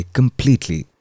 completely